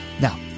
Now